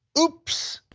oops,